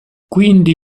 quindi